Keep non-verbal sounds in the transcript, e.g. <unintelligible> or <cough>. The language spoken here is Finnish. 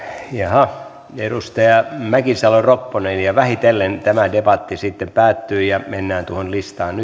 edustaja mäkisalo ropponen ja vähitellen tämä debatti sitten päättyy ja mennään tuohon listaan <unintelligible>